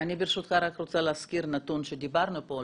ברשותך אני רוצה להזכיר נתון שדיברנו פה,